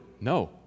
No